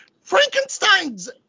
Frankenstein's